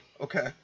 Okay